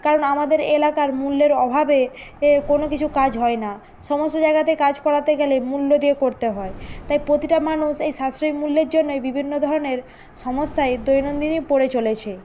কারণ আমাদের এলাকার মূল্যের অভাবে এ কোনো কিছু কাজ হয় না সমস্ত জায়গাতে কাজ করাতে গেলে মূল্য দিয়ে করতে হয় তাই প্রতিটা মানুষ এই সাশ্রয়ী মূল্যের জন্যই বিভিন্ন ধরনের সমস্যায় দৈনন্দিনই পড়ে চলেছে